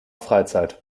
freizeit